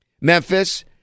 Memphis